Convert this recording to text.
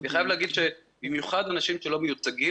אני חייב להגיד שבמיוחד אנשים שלא מיוצגים,